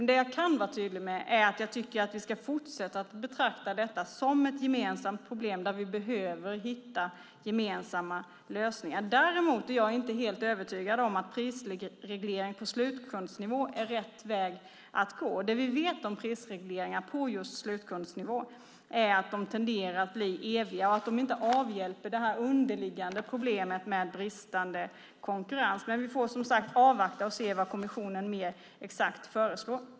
Det jag kan vara tydlig med är att jag tycker att vi ska fortsätta att betrakta detta som ett gemensamt problem där vi behöver hitta gemensamma lösningar. Däremot är jag inte helt övertygad om att prisreglering på slutkundsnivå är rätt väg att gå. Det vi vet om prisregleringar på slutkundsnivå är att de tenderar att bli eviga och inte avhjälper det underliggande problemet med bristande konkurrens. Men vi får som sagt avvakta och se vad kommissionen mer exakt föreslår.